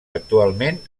actualment